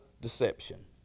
deception